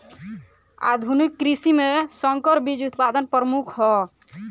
आधुनिक कृषि में संकर बीज उत्पादन प्रमुख ह